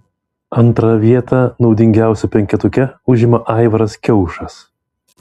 antrą vietą naudingiausių penketuke užima aivaras kiaušas